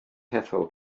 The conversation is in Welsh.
hethol